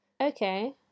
Okay